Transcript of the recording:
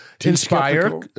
inspire